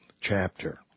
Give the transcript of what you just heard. chapter